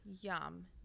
Yum